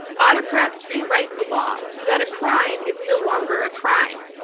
autocrats rewrite the law so that a crime is no longer a crime.